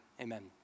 Amen